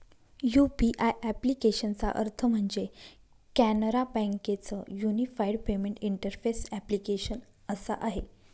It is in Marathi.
यु.पी.आय ॲप्लिकेशनचा अर्थ म्हणजे, कॅनरा बँके च युनिफाईड पेमेंट इंटरफेस ॲप्लीकेशन असा आहे